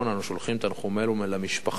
אנחנו שולחים תנחומינו למשפחה.